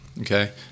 okay